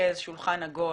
תרכז שולחן עגול